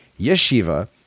Yeshiva